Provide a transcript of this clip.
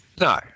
No